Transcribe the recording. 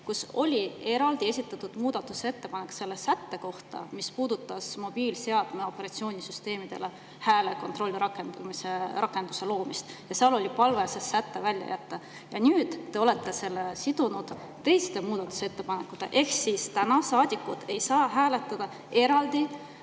kui oli eraldi esitatud muudatusettepanek selle sätte kohta, mis puudutas mobiilseadme operatsioonisüsteemidele hääle kontrollrakenduse loomist. Seal oli palve see säte välja jätta. Nüüd te olete selle sidunud teiste muudatusettepanekutega. Seega, täna saadikud ei saa hääletada eraldi